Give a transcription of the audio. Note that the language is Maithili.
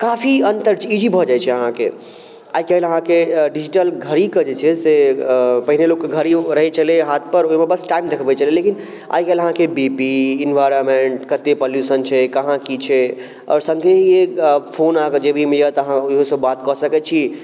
काफी अन्तर छै इजी भऽ जाइ छै अहाँके आइकाल्हि अहाँके डिजिटल घड़ीके जे छै से पहिने लोकके घड़िओ रहै छलै हाथपर ओहिमे बस टाइम देखबै छलै लेकिन आइकाल्हि अहाँके बी पी इनवायरमेन्ट कतेक पॉल्यूशन छै कहाँ कि छै आओर सङ्गहि एक फोन अहाँके जेबीमे अइ तऽ अहाँ ओहिओसँ बात कऽ सकै छी